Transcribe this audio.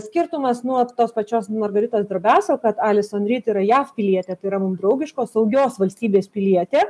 skirtumas nuo tos pačios margaritos drobesko kad alis onryt ir jav pilietė tai yra mum draugiškos saugios valstybės pilietė